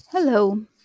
Hello